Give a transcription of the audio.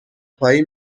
پایی